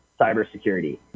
cybersecurity